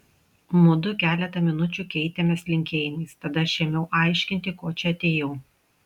mudu keletą minučių keitėmės linkėjimais tada aš ėmiau aiškinti ko čia atėjau